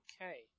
Okay